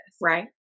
Right